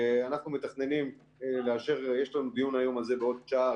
אנחנו מתכננים לאשר יש לנו דיון על זה בעוד שעה,